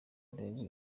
urebe